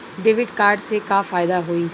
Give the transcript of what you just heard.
Debit card से का फायदा होई?